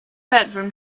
bedroom